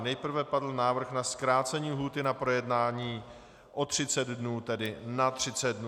Nejprve padl návrh na zkrácení lhůty na projednání o 30 dnů, tedy na 30 dnů.